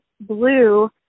blue